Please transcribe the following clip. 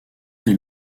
dès